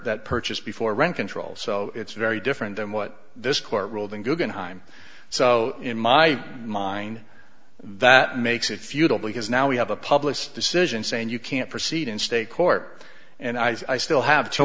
that purchased before rent control so it's very different than what this court ruled and guggenheim so in my mind that makes it futile because now we have a public decision saying you can't proceed in state court and i still have to